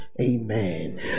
Amen